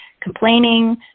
complaining